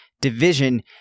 division